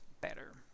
better